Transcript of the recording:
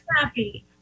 happy